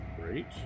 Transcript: Great